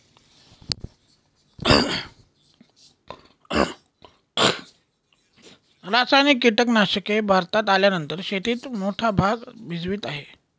रासायनिक कीटनाशके भारतात आल्यानंतर शेतीत मोठा भाग भजवीत आहे